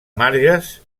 margues